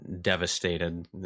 devastated